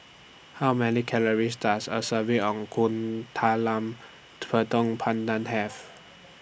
How Many Calories Does A Serving of Kuih Talam Tepong Pandan Have